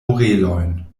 orelojn